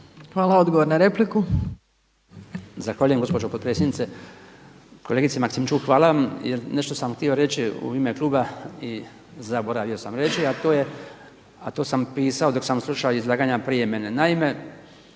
**Bačić, Branko (HDZ)** Zahvaljujem gospođo potpredsjednice. Kolegice Maksimčuk hvala vam jer nešto sam htio reći u ime kluba i zaboravio sam reći a to sam pisao dok sam slušao izlaganja prije mene. Naime,